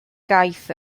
gaeth